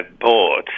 bought